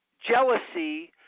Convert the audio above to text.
jealousy